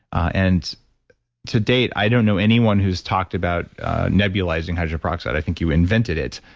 and to date, i don't know anyone who's talked about nebulizing hydrogen peroxide. i think you invented it,